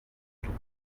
tous